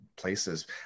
places